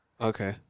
Okay